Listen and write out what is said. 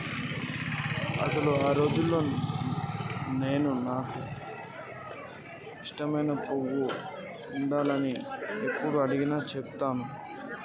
అసలు గా రోజుల్లో నాను నాకు ఇష్టమైన పువ్వు డాలియా అని యప్పుడు అడిగినా సెబుతాను